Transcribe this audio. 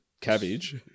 cabbage